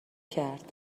کرد